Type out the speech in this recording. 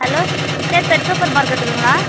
hello sir pet super மார்க்கெட்டுங்களா